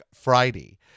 Friday